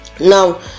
now